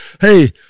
hey –